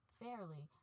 fairly